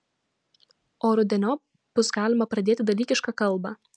o rudeniop bus galima pradėti dalykišką kalbą